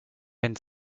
wenn